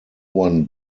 one